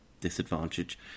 disadvantage